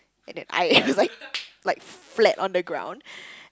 and then I was like like flat on the ground